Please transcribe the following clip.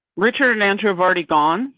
richard, and andrew have already gone,